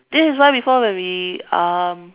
this is why before when we um